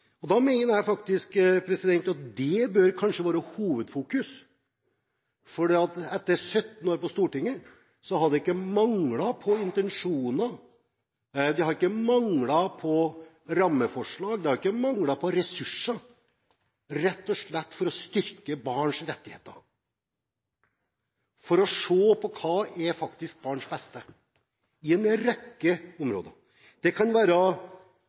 Da mener jeg faktisk at det bør være hovedfokus. Etter 17 år på Stortinget har det ikke manglet på intensjoner, på rammeforslag eller ressurser når det gjelder rett og slett å styrke barns rettigheter og å se på hva som faktisk er barns beste på en rekke områder. Jeg har vært med på to eller kanskje tre revisjoner av norsk barnevernslov. Fortsatt er det